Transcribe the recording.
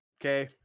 Okay